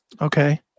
Okay